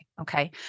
Okay